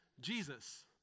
Jesus